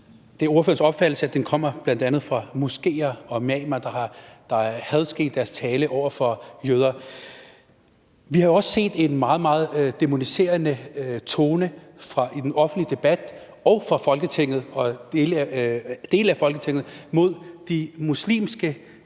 det er ordførerens opfattelse, at den stigende antisemitisme bl.a. kommer fra moskeer og imamer, der er hadske i deres tale over for jøder. Vi har jo også hørt en meget, meget dæmoniserende tone i den offentlige debat og fra dele af Folketinget mod de muslimske